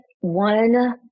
one